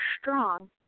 strong